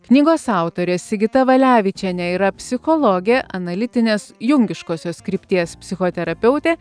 knygos autorė sigita valevičienė yra psichologė analitinės jungiškosios krypties psichoterapeutė